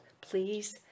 Please